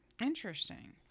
Interesting